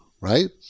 right